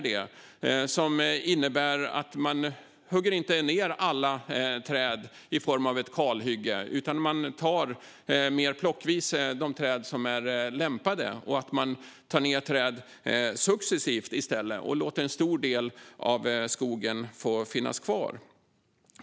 Det innebär att man inte hugger ned alla träd i form av ett kalhygge, utan man tar i stället mer plockvis och successivt ned de träd som är lämpade och låter en stor del av skogen få finnas kvar.